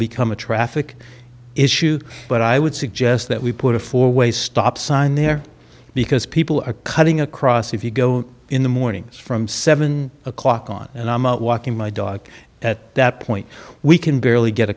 become a traffic issue but i would suggest that we put a four way stop sign there because people are coming across if you go in the mornings from seven o'clock on and i'm out walking my dog at that point we can barely get